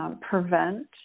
prevent